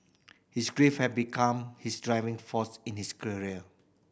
his grief had become his driving force in his career